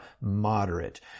moderate